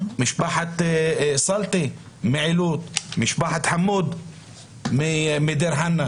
משפחת סלטי מעילוט, משפחת חמוד מדיר חנא